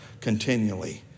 continually